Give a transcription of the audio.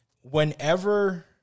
Whenever